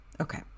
Okay